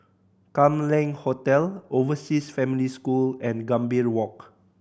Kam Leng Hotel Overseas Family School and Gambir Walk